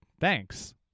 thanks